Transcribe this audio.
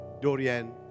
Dorian